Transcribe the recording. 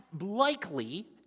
likely